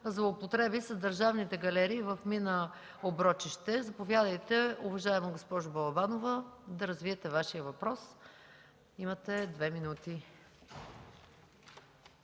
злоупотреби с държавните галерии в мина „Оброчище”. Заповядайте, уважаема госпожо Балабанова, да развиете Вашия въпрос. КАЛИНА